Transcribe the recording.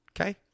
Okay